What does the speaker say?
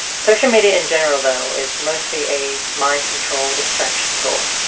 social media in general though, is mostly a mind control distraction tool.